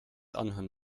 anhören